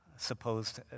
supposed